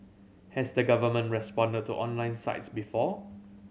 has the government responded to online sites before